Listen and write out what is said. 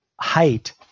height